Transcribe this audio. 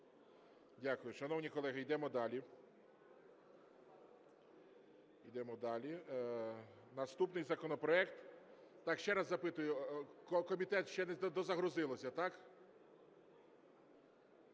Дякую. Шановні колеги, йдемо далі. Наступний законопроект. Так ще раз запитую комітет, ще не дозагрузилося, так?